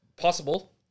possible